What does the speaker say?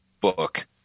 book